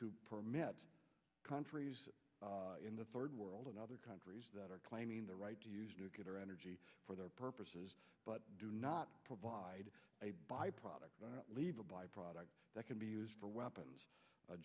to permit countries in the third world and other countries that are claiming the right to use nuclear energy for their purposes but do not provide a byproduct leave a byproduct that can be used for weapons